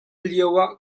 lioah